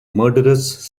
murderous